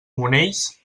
monells